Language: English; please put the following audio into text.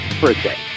birthday